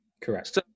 Correct